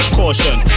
caution